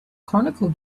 chronicle